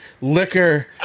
liquor